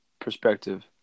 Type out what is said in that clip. perspective